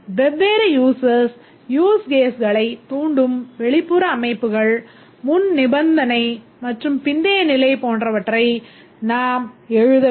வெவ்வேறு users use case களைத் தூண்டும் வெளிப்புற அமைப்புகள் முன்நிபந்தனை மற்றும் பிந்தைய நிலை போன்றவற்றை நாம் எழுத வேண்டும்